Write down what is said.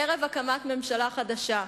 ערב הקמת ממשלה חדשה,